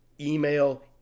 email